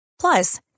Plus